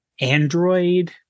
Android